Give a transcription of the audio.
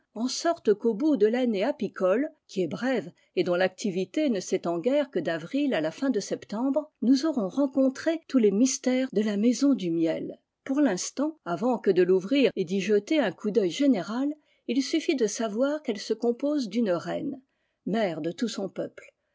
en sorte qu'au bout de l'année apicole qui est brève et dont l'activité ne s'étend guère que d'avril à la fin de septembre nous aurons rencontré tous les mystères de la maison du miel pour l'instant avant que de l'ouvrir et d'y jeter un coup d'œil général il suffit de savoir qu'elle se compose d'une reine mère de tout son peuple